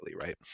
right